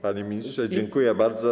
Panie ministrze, dziękuję bardzo.